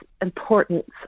importance